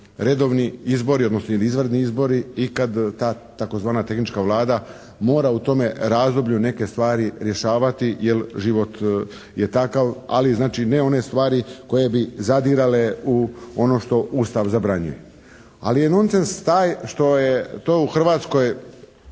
redovni izbori odnosno ili izvanredni izbori i kad ta tzv. tehnička Vlada mora u tome razdoblju neke stvari rješavati jer život je takav. Ali znači, ne one stvari koje bi zadirale u ono što Ustav zabranjuje. Ali je nonsens što je to u Hrvatskoj